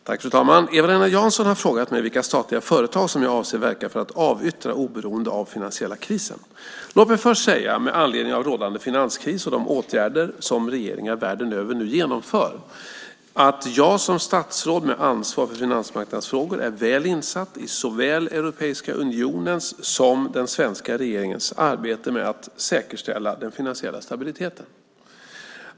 Fru talman! Eva-Lena Jansson har frågat mig vilka statliga företag som jag avser att verka för att avyttra oberoende av den finansiella krisen. Låt mig först säga, med anledning av rådande finanskris och de åtgärder som regeringar världen över nu genomför, att jag som statsråd med ansvar för finansmarknadsfrågor är väl insatt i såväl Europeiska unionens som den svenska regeringens arbete med att säkerställa finansiell stabilitet.